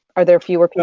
are there fewer people?